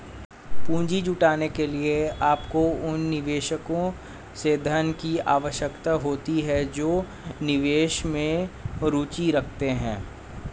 पूंजी जुटाने के लिए, आपको उन निवेशकों से धन की आवश्यकता होती है जो निवेश में रुचि रखते हैं